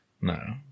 No